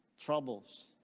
troubles